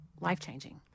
life-changing